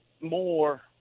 more